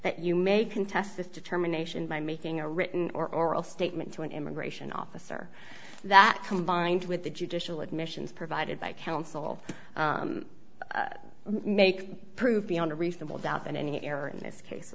that you may contest this determination by making a written or oral statement to an immigration officer that combined with the judicial admissions provided by counsel make prove beyond a reasonable doubt that any error in this case